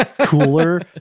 cooler